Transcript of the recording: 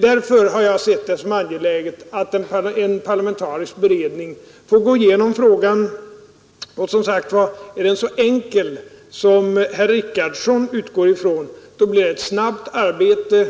Därför har jag ansett det som angeläget att en parlamentarisk beredning får gå igenom hela frågan. Och, som sagt, är den så enkel som herr Richardson utgår ifrån, blir det ett snabbt arbete